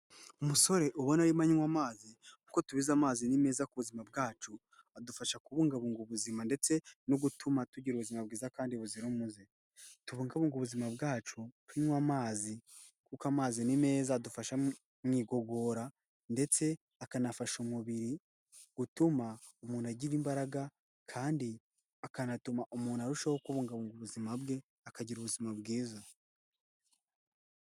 Umusore ubona arimo anywa amazi nk'uko tubizi neza amazi ni meza ku buzima bwacu. Adufasha kubungabunga ubuzima ndetse no gutuma tugira ubuzima bwiza kandi buzira umuze. Tubungabunge ubuzima bwacu tunywa amazi kuko amazi ni meza, adufasha mu igogora ndetse akanafasha umubiri gutuma umuntu agira imbaraga kandi akanatuma umuntu arushaho kubungabunga ubuzima bwe, akagira ubuzima bwiza.